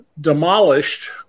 demolished